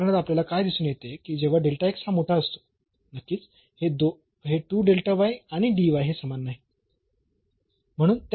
तर या प्रकरणात आपल्याला काय दिसून येते की जेव्हा हा मोठा असतो नक्कीच हे 2 आणि हे समान नाहीत